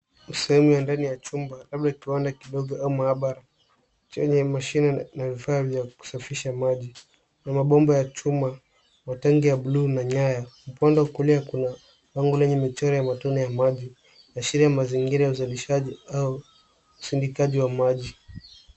Sehemu ya ndani ya chumba ama kiwanda kidogo au maabara, chenye mashine na vifaa vya kusafisha maji. Mabomba ya chuma, matenge ya buluu na nyaya. Upande wa kulia kuna bomba lenye michoro ya matone ya maji kuashiria ni mazingira ya uzalishaji au usindikaji wa maji.